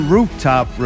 Rooftop